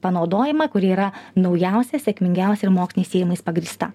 panaudojimą kuri yra naujausia sėkmingiausia ir moksliniais tyrimais pagrįsta